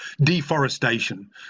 deforestation